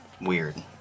weird